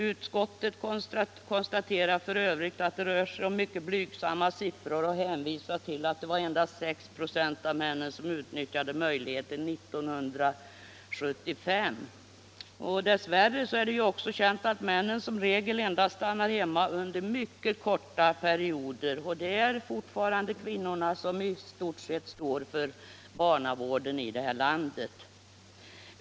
Utskottet konstaterar f. ö. att endast 6 96 av männen utnyttjade möjligheten 1975. Dess värre är det också känt att männen som regel endast stannar hemma under mycket korta perioder. Det är fortfarande kvinnorna som i stort sett står för barnavården i det här landet.